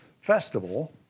festival